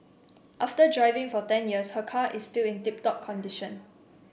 after driving for ten years her car is still in tip top condition